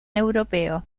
europeo